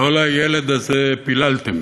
לא לילד הזה פיללתם.